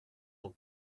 ton